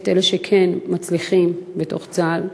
את אלה שכן מצליחים בתוך צה"ל,